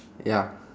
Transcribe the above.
ya